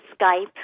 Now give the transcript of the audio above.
Skype